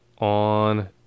on